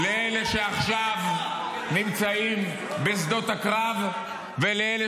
-- לאלה שעכשיו נמצאים בשדות הקרב ולאלה